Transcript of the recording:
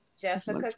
Jessica